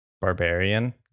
barbarian